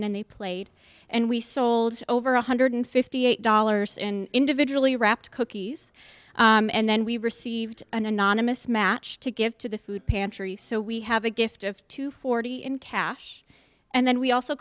in and they played and we sold over one hundred fifty eight dollars in individually wrapped cookies and then we received an anonymous match to give to the food pantry so we have a gift of two forty in cash and then we also